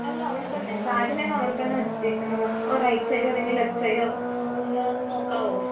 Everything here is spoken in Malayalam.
അല്ല അവിടെത്തന്നെ ബാഗ് ഞാൻ അവിടെത്തന്നെ വെച്ചേക്കുന്നതാ ഓ റൈറ്റ് സൈഡോ അല്ലെങ്കിൽ ലെഫ്റ്റ് സൈഡോ ഒന്ന് നോക്കാമോ